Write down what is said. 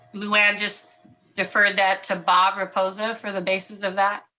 lou anne just deferred that to bob rapoza for the basis of that.